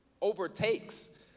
overtakes